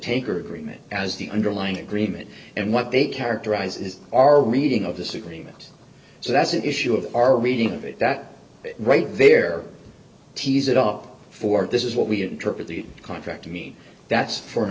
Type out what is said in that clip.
taker agreement as the underlying agreement and what they characterize is our reading of this agreement so that's an issue of our reading of it that right there tease it up for it this is what we interpret the contract to mean that's for